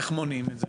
איך מונעים את זה?